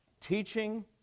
teaching